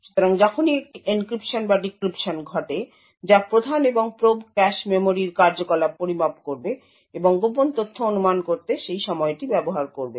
সুতরাং যখনই একটি এনক্রিপশন বা ডিক্রিপশন ঘটে যা প্রধান এবং প্রোব ক্যাশে মেমরির কার্যকলাপ পরিমাপ করবে এবং গোপন তথ্য অনুমান করতে সেই সময়টি ব্যবহার করবে